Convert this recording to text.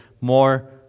more